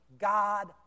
God